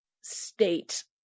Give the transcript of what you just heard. state